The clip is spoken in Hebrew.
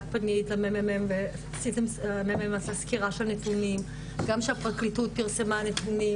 פנית לממ"מ והם עשו סקירה של נתונים גם שהפרקליטות פרסמה נתונים